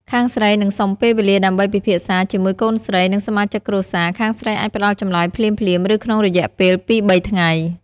ខាងស្រីនឹងសុំពេលវេលាដើម្បី ពិភាក្សា ជាមួយកូនស្រី និងសមាជិកគ្រួសារ ខាងស្រីអាចផ្តល់ចម្លើយភ្លាមៗ ឬក្នុងរយៈពេលពីរបីថ្ងៃ។